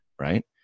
right